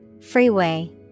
Freeway